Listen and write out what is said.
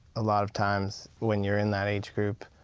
a lot of times when you're in that age group,